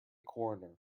coroner